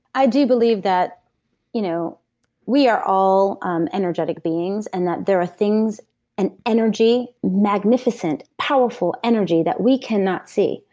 i do believe that you know we are all um energetic beings, and that there are things and energy magnificent, powerful energy that we cannot see.